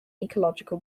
ecological